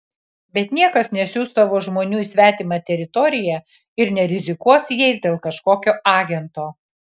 bet niekas nesiųs savo žmonių į svetimą teritoriją ir nerizikuos jais dėl kažkokio agento